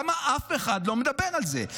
למה אף אחד לא מדבר על זה?